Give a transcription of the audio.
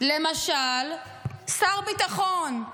למשל שר ביטחון,